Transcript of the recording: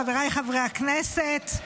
חבריי חברי הכנסת,